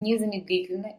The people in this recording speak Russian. незамедлительно